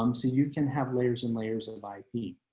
um so you can have layers and layers of i mean